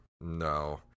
No